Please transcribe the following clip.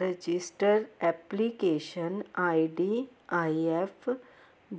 registered application ID I F